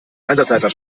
einsatzleiter